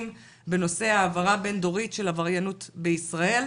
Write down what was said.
בנושא העברה בין דורית של עבריינות בישראל.